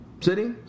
City